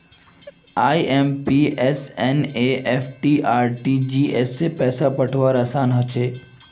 IMPS NEFT RTGS स पैसा पठऔव्वार असान हछेक